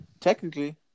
Technically